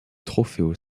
trofeo